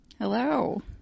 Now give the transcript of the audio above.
Hello